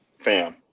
Fam